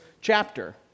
chapter